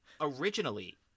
originally